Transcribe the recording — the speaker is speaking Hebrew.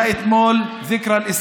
(אומר בערבית: אתמול היה יום עליית